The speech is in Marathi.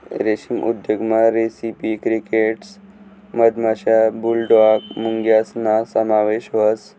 रेशीम उद्योगमा रेसिपी क्रिकेटस मधमाशा, बुलडॉग मुंग्यासना समावेश व्हस